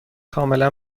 کاملا